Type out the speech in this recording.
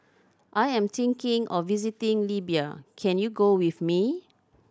I am thinking of visiting Libya can you go with me